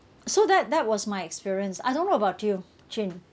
so that that was my experience I don't know about you Ching